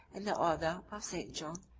and the order of st. john,